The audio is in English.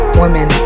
women